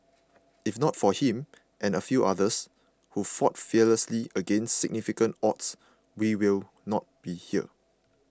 if not for him and a few others who fought fearlessly against significant odds we will not be here